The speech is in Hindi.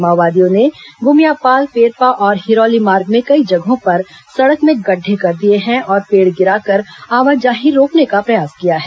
माओवादियों ने गुमियापाल पेरपा और हिरौली मार्ग में कई जगहों पर सड़क में गढ़ढे कर दिए हैं और पेड़ गिराकर आवाजाही रोकने का प्रयास किया है